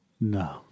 No